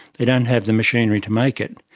they don't have the machinery to make it.